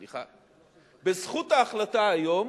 סליחה, בזכות ההחלטה היום